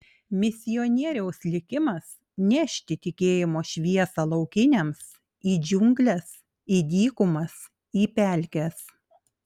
misionieriaus likimas nešti tikėjimo šviesą laukiniams į džiungles į dykumas į pelkes